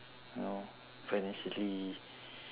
you know financially